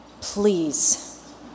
please